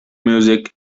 music